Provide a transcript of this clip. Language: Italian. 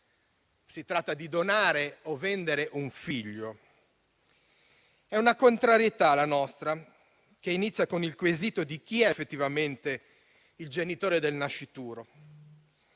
si tratta di donare o vendere un figlio. È una contrarietà, la nostra, che inizia con il quesito di chi sia effettivamente il genitore del nascituro.